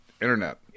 internet